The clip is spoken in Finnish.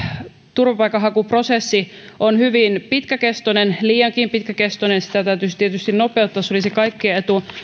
turvapaikanhakuprosessi on hyvin pitkäkestoinen liiankin pitkäkestoinen sitä täytyisi tietysti nopeuttaa se olisi kaikkien etu